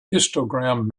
histogram